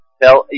tell